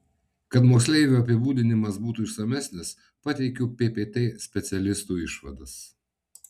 kad moksleivio apibūdinimas būtų išsamesnis pateikiu ppt specialistų išvadas